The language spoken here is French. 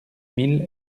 mille